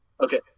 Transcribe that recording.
Okay